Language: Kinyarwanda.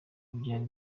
byari